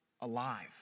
alive